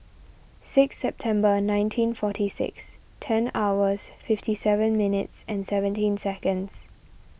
six September nineteen forty six ten hours fifty seven minutes and seventeen seconds